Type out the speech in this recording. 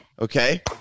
Okay